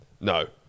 No